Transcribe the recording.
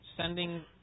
sending